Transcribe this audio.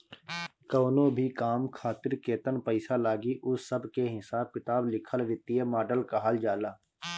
कवनो भी काम खातिर केतन पईसा लागी उ सब के हिसाब किताब लिखल वित्तीय मॉडल कहल जाला